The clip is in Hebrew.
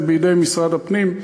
זה בידי משרד הפנים,